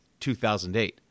2008